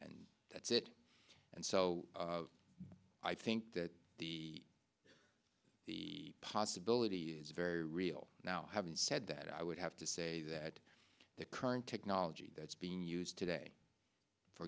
and that's it and so i think that the the possibility is very real now having said that i would have to say that the current technology that's being used today for